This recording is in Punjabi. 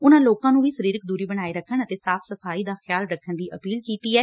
ਉਨੂਾ ਲੋਕਾਂ ਨੂੰ ਵੀ ਸਰੀਰਕ ਦੂਰੀ ਬਣਾਏ ਰੱਖਣ ਅਤੇ ਸਾਫ਼ ਸਫ਼ਾਈ ਦਾ ਖਿਆਲ ਰੱਖਣ ਦੀ ਅਪੀਲ ਕੀਤੀ ਐ